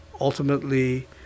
Ultimately